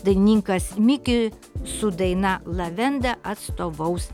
dainininkas miki su daina la venda atstovaus